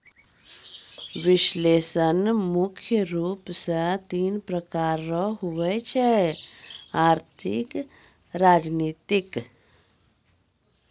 विश्लेषण मुख्य रूप से तीन प्रकार रो हुवै छै आर्थिक रसायनिक राजनीतिक